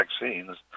vaccines